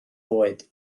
oed